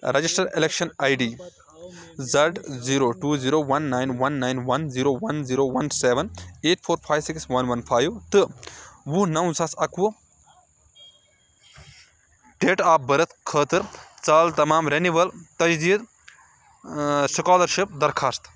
register application I D Z zero two zero one nine one nine one zero one zero one seven eight four five six one one five تہٕ وُہ نو زٕ ساس اَکوُہ date of birth خٲطرٕ ژھل تمام renewal تجدیٖد سُکالرشک درخواستہٕ